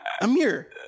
Amir